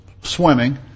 swimming